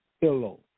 pillow